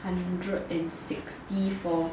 hundred and sixty for